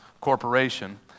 Corporation